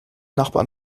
nachbarn